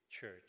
church